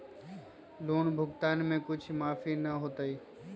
Loan भुगतान में कुछ माफी न होतई?